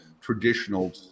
traditional